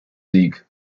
sieg